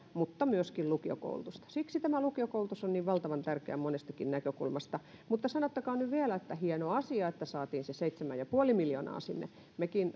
mutta myöskin lukiokoulutusta siksi tämä lukiokoulutus on niin valtavan tärkeä monestakin näkökulmasta mutta sanottakoon nyt vielä että hieno asia että saatiin se seitsemän pilkku viisi miljoonaa sinne mekin